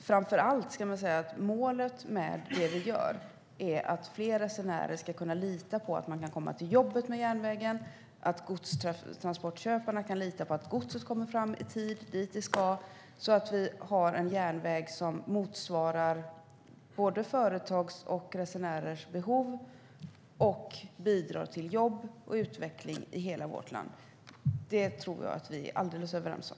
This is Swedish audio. Framför allt är målet med det vi gör att fler resenärer ska kunna lita på att de kan komma till jobbet med järnvägen och att godstransportköparna kan lita på att godset kommer fram i tid och dit det ska så att vi har en järnväg mot motsvarar både företags och resenärers behov och bidrar till jobb och utveckling i hela vårt land. Det tror jag att vi är alldeles överens om.